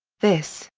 this,